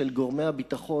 של גורמי הביטחון,